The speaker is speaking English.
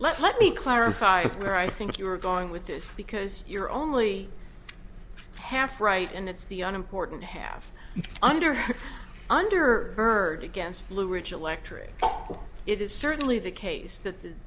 steve let me clarify where i think you are going with this because your only half right and it's the unimportant half under under byrd against blue ridge electric it is certainly the case that the